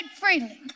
freely